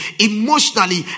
emotionally